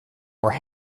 were